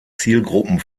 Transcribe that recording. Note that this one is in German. zielgruppen